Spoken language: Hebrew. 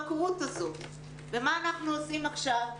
ומה אנחנו עושים עכשיו?